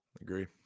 Agree